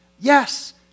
Yes